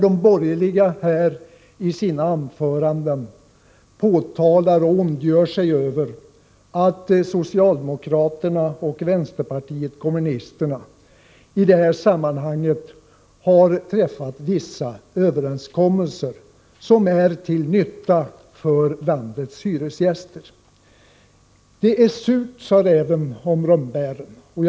De borgerliga har i sina anföranden ondgjort sig över att socialdemokraterna och vänsterpartiet kommunisterna har träffat vissa överenskommelser som är till nytta för landets hyresgäster. Surt, sa räven om rönnbären.